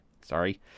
sorry